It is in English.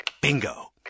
Bingo